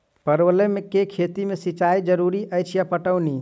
परवल केँ खेती मे सिंचाई जरूरी अछि या पटौनी?